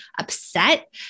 upset